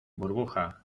burbuja